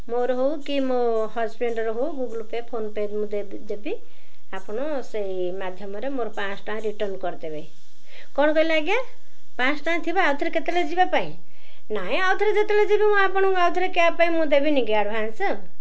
ମୋର ହଉ କି ମୋ ହଜବେଣ୍ଡର ହଉ ଗୁଗୁଲ ପେ ଫୋନ ପେ ମୁଁ ଦେବି ଆପଣ ସେଇ ମାଧ୍ୟମରେ ମୋର ପାଁଶ ଟଙ୍କା ରିଟର୍ଣ୍ଣ କରିଦେବେ କ'ଣ କହିଲେ ଆଜ୍ଞା ପାଁଶ ଟଙ୍କା ଥିବା ଆଉ ଥରେ କେତେବେଳେ ଯିବା ପାଇଁ ନାଇଁ ଆଉଥରେ ଯେତେବେଳେ ଯିବି ମୁଁ ଆପଣଙ୍କୁ ଆଉଥରେ କ୍ୟାବ ପାଇଁ ମୁଁ ଦେବିନି କି ଆଡ଼ଭାନ୍ସ